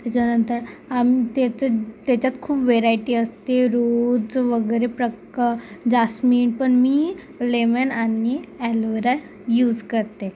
त्याच्यानंतर त्याच्या त्याच्यात खूप वेरायटी असते रोज वगैरे प्रक्क जास्मिन पण मी लेमन आणि एलोवेरा यूज करते